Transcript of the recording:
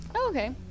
okay